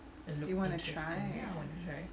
you want to try it out